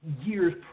years